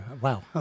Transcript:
wow